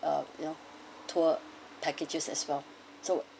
uh you know tour packages as well so